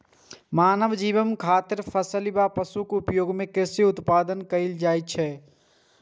मानव जीवन खातिर फसिल आ पशुक उपयोग सं कृषि उत्पादन कैल जाइ छै